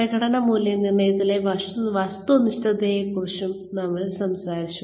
പ്രകടന മൂല്യനിർണ്ണയത്തിലെ വസ്തുനിഷ്ഠതയെക്കുറിച്ചും നമ്മൾ സംസാരിച്ചു